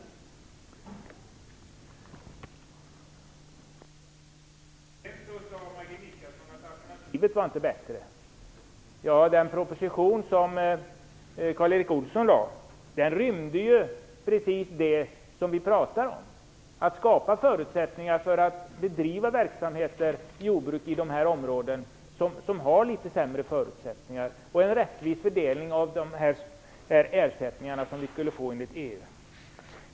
Maggi Mikaelsson sade sedan att alternativet inte var bättre. Den proposition som Karl Erik Olsson lade fram rymde precis det som vi pratar om, att skapa förutsättningar för att jordbruk skall kunna bedrivas i de områden som har litet sämre förutsättningar och att genomföra en rättvis fördelning av de ersättningar som vi skall få enligt EU-överenskommelsen.